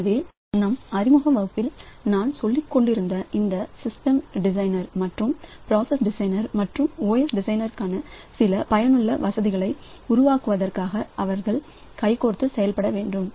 எனவே நம் அறிமுக வகுப்புகளில் நான் சொல்லிக்கொண்டிருந்தபடி இந்த சிஸ்டம் டிசைனர் மற்றும் பிராசஸ் டிசைனர் மற்றும் OS டிசைனருக்கான சில பயனுள்ள வசதிகளை உருவாக்குவதற்காக அவர்கள் கைகோர்த்து செயல்பட வேண்டும்